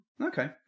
Okay